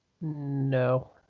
No